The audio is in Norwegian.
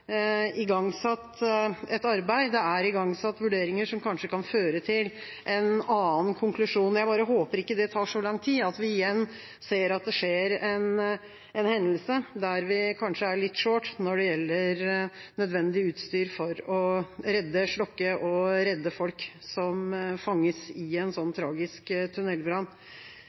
igangsatt et arbeid, det er igangsatt vurderinger som kanskje kan føre til en annen konklusjon. Jeg bare håper det ikke tar så lang tid at vi igjen ser at det skjer en hendelse der vi kanskje er litt «short» når det gjelder nødvendig utstyr for å slukke og redde folk som fanges i en sånn tragisk